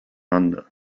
under